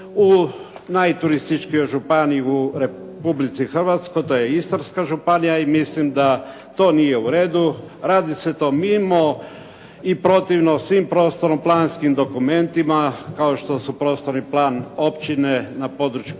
u najturističkijoj županiji u Republici Hrvatskoj, to je Istarska županija i mislim da to nije u redu. Radi se to mimo i protivno svim prostorno-planskim dokumentima kao što su prostorni plan općine na području